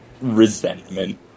Resentment